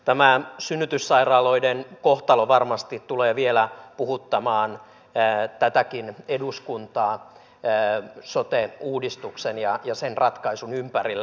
tämä synnytyssairaaloiden kohtalo varmasti tulee vielä puhuttamaan tätäkin eduskuntaa sote uudistuksen ja sen ratkaisun ympärillä